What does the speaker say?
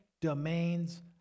domains